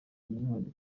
umwihariko